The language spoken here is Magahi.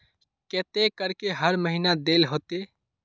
केते करके हर महीना देल होते?